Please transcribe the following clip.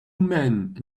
men